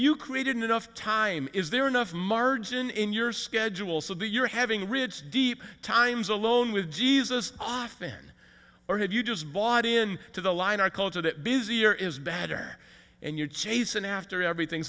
you created enough time is there enough margin in your schedule so that you're having ridge deep times alone with jesus often or have you just bought in to the line our culture that busier is bad or and you're chasing after everything